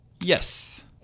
Yes